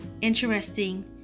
interesting